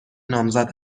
نامزد